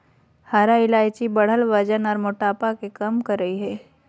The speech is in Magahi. हरा इलायची बढ़ल वजन आर मोटापा के कम करई हई